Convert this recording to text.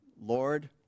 Lord